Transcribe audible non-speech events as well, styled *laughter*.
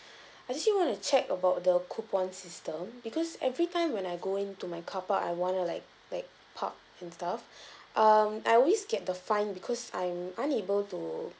*breath* I just want to check about the coupon system because every time when I go into my carpark I want to like like park and stuff *breath* um I always get the fine because I'm unable to